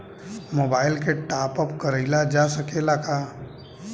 Mobile के टाप आप कराइल जा सकेला का?